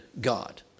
God